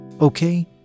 Okay